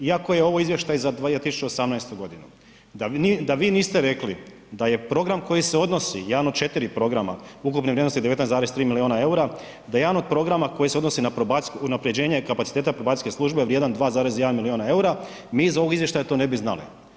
Iako je ovo izvještaj za 2018. g., da vi niste rekli da je program koji se odnosi, jedan od 4 programa ukupne vrijednosti 19,3 milijuna eura, da jedan od programa koji se odnosi na unaprjeđenje kapaciteta probacijske službe je vrijedan 2,1 milijuna eura, mi iz ovog izvještaja to ne bi znali.